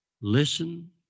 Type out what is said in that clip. listen